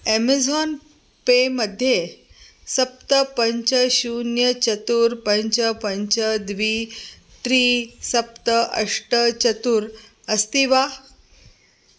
Amazon Pay मध्ये सप्त पञ्च शून्यं चत्वारि पञ्च पञ्च द्वे त्रीणि सप्त अष्ट चत्वारि अस्ति वा